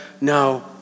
no